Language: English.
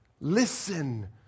Listen